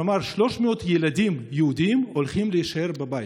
כלומר, 300 ילדים יהודים הולכים להישאר בבית.